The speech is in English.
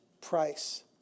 price